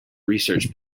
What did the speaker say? research